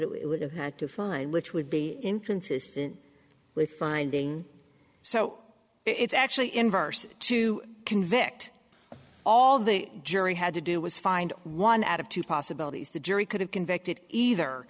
it would have had to find which would be inconsistent with finding so it's actually inverse to convict all the jury had to do was find one out of two possibilities the jury could have convicted either